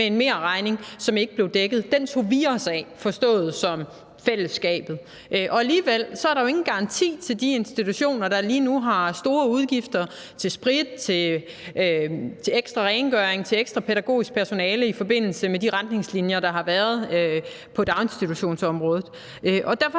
en merregning, som ikke blev dækket, for den tog vi os af, forstået som fællesskabet. Men alligevel er der ingen garanti til de institutioner, der lige nu har store udgifter til sprit, til ekstra rengøring og til ekstra pædagogisk personale i forbindelse med de retningslinjer, der har været på daginstitutionsområdet, og derfor